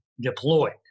deployed